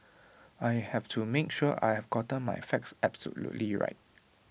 I have to make sure I have gotten my facts absolutely right